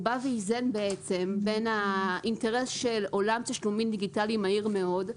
הוא איזן בין האינטרס של עולם תשלומים דיגיטלי מהיר מאוד,